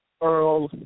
Earl